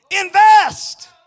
Invest